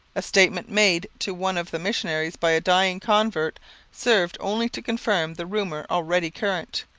a statement made to one of the missionaries by a dying convert served only to confirm the rumour already current,